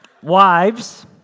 Wives